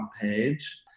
page